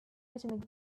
atomic